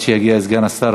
עד שיגיע סגן השר,